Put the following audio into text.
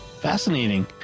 Fascinating